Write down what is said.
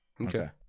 Okay